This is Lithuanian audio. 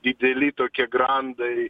dideli tokie grandai